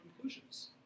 conclusions